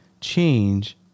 change